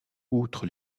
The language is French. outre